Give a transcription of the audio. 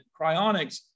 cryonics